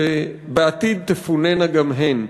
שבעתיד תפונינה גם הן.